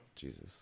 Jesus